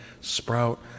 sprout